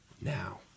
now